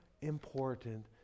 important